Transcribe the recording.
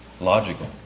logical